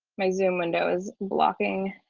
my zoom windows blocking